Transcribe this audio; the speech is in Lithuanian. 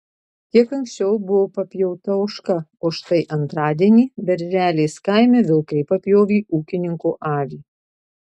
kiek anksčiau buvo papjauta ožka o štai antradienį berželės kaime vilkai papjovė ūkininko avį